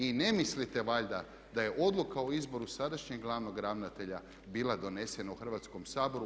I ne mislite valjda da je odluka o izboru sadašnjeg glavnog ravnatelja bila donesena u Hrvatskom saboru.